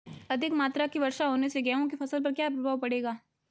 अधिक मात्रा की वर्षा होने से गेहूँ की फसल पर क्या प्रभाव पड़ेगा?